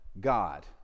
God